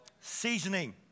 Seasoning